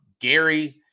Gary